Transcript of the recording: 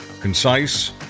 concise